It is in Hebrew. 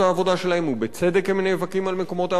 ובצדק הם נאבקים על מקומות העבודה שלהם,